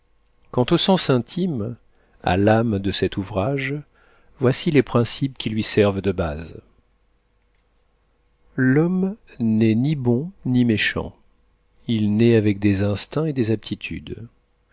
quant au sens intime à l'âme de cet ouvrage voici les principes qui lui servent de base l'homme n'est ni bon ni méchant il naît avec des instincts et des aptitudes